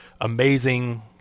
amazing